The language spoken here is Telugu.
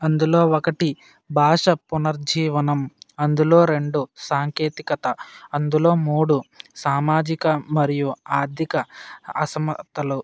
అందులో ఒకటి భాష పునర్జీవనం అందులో రెండు సాంకేతికత అందులో మూడు సామాజిక మరియు ఆర్థిక అసమర్థలు